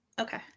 okay